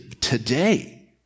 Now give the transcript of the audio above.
today